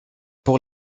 pour